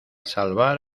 salvar